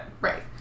Right